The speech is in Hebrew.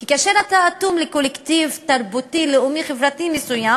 כי כאשר אתה אטום לקולקטיב תרבותי-לאומי-חברתי מסוים